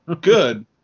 Good